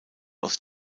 aus